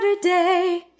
Saturday